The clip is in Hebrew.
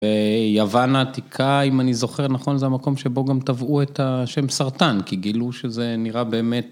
ביוון העתיקה, אם אני זוכר נכון, זה המקום שבו גם טבעו את השם סרטן, כי גילו שזה נראה באמת...